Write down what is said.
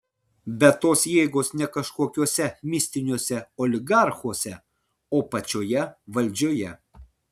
bet tos jėgos ne kažkokiuose mistiniuose oligarchuose o pačioje valdžioje